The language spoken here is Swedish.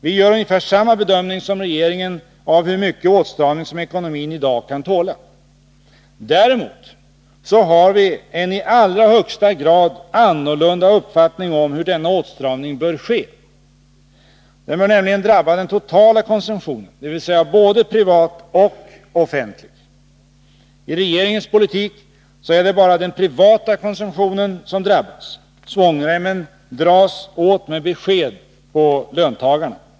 Vi gör ungefär samma bedömning som regeringen av hur mycket åtstramning som ekonomin i dag kan tåla. Däremot har vi en i allra högsta grad annorlunda uppfattning om hur denna åtstramning bör ske. Den bör nämligen drabba den totala konsumtionen, dvs. både privat och offentlig. I regeringens politik är det bara den privata konsumtionen som drabbas. Svångremmen på löntagarna dras åt med besked.